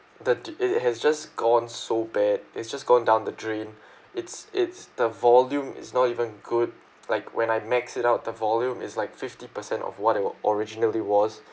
that did~ it has just gone so bad it's just gone down the drain its its the volume is not even good like when I max it out the volume is like fifty percent of what it was originally was